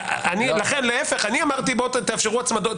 אני אמרתי להפך: בואו תאפשרו הצמדות,